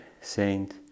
saint